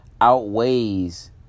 outweighs